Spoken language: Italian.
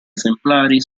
esemplari